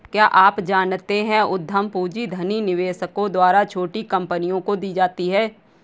क्या आप जानते है उद्यम पूंजी धनी निवेशकों द्वारा छोटी कंपनियों को दी जाती है?